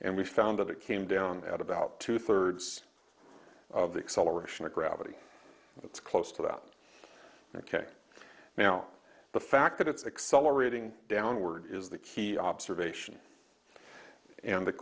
and we found that it came down at about two thirds of the acceleration of gravity that's close to that ok now the fact that it's accelerating downward is the key observation and the